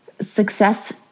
success